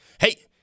Hey